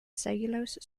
cellulose